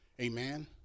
amen